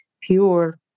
pure